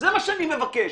וזה מה שאני מבקש,